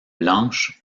blanche